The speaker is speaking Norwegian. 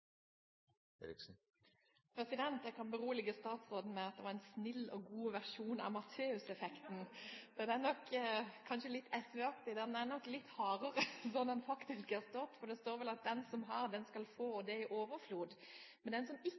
nok kanskje litt SV-aktig. Den er nok litt hardere enn slik den faktisk har stått, for det står vel at: Den som har, den skal få, og det i overflod. Men den som